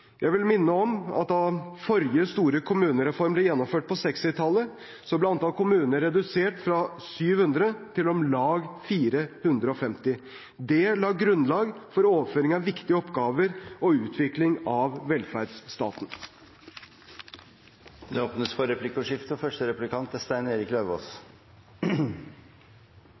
Jeg vil minne om at da den forrige store kommunereformen ble gjennomført på 1960-tallet, ble antall kommuner redusert fra 700 til om lag 450. Det la grunnlag for overføring av viktige oppgaver og utvikling av velferdsstaten. Det blir replikkordskifte. Jeg registrerer at statsråden roser Venstre og